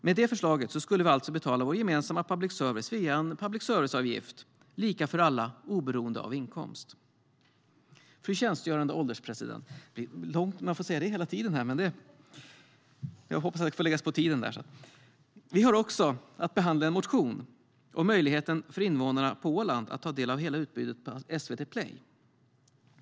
Med det förslaget skulle vi alltså betala för vår gemensamma public service via en public service-avgift, lika för alla oberoende av inkomst. Fru ålderspresident! Vi har också att behandla en motion om möjligheten för invånarna på Åland att ta del av hela utbudet på SVT Play.